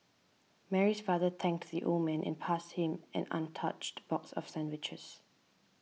Mary's father thanks the old man and passed him an untouched box of sandwiches